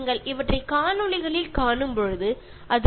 നിങ്ങൾക്ക് വളരെ പെട്ടെന്ന് ഇത് കാണാവുന്നതാണ്